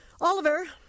Oliver